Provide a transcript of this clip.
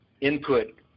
input